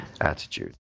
attitude